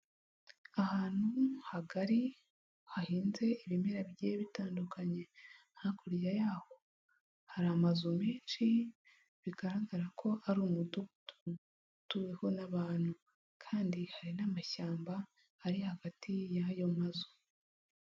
Ahantu hagari, hahinze ibimera bigiye bitandukanye. Hakurya yaho hari amazu menshi bigaragara ko ari umudugudu utuweho n'abantu kandi hari n'amashyamba ari hagati y'ayo mazu.